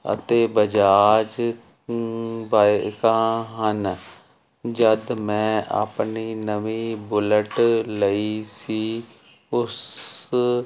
ਅਤੇ ਬਜਾਜ ਬਾਈਕਾਂ ਹਨ ਜਦ ਮੈਂ ਆਪਣੀ ਨਵੀਂ ਬੁਲਟ ਲਈ ਸੀ ਉਸ